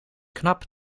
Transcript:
knap